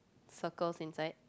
circles inside